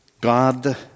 God